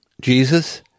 Jesus